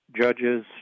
judges